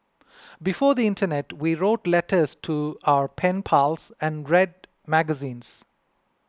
before the internet we wrote letters to our pen pals and read magazines